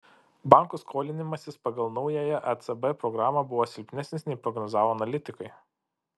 bankų skolinimasis pagal naująją ecb programą buvo silpnesnis nei prognozavo analitikai